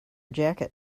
jacket